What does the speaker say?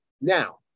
Now